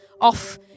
off